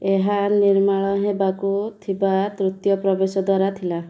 ଏହା ନିର୍ମାଣ ହେବାକୁ ଥିବା ତୃତୀୟ ପ୍ରବେଶ ଦ୍ୱାର ଥିଲା